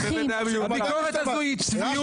הביקורת הזו היא צביעות.